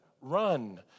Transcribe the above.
run